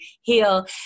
heal